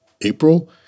April